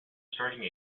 starting